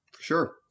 Sure